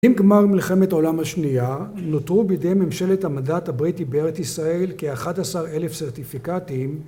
עם גמר מלחמת העולם השנייה, נותרו בידי ממשלת המדנט הבריטי בארץ ישראל כ-11 אלף סרטיפיקטים.